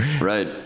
Right